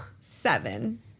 seven